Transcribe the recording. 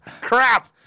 Crap